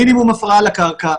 מינימום הפרעה לקרקע.